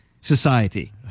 society